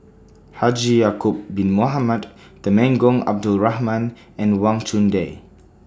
Haji Ya'Acob Bin Mohamed Temenggong Abdul Rahman and Wang Chunde